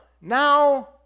now